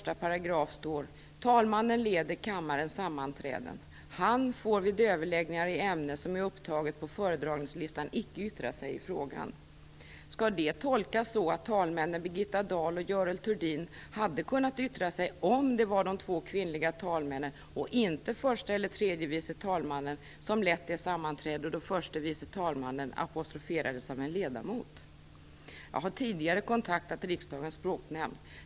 "Talmannen leder kammarens sammanträden. Han får vid överläggning i ämne som är upptaget på föredragningslistan icke yttra sig i sakfrågan." Skall detta tolkas så att talmännen Birgitta Dahl och Görel Thurdin hade kunnat yttra sig om det var de två kvinnliga talmännen och inte förste eller tredje vice talmannen som lett det sammanträde då förste vice talmannen apostroferades av en ledamot? Jag har tidigare kontaktat riksdagens språknämnd.